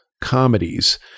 comedies